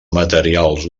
materials